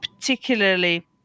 particularly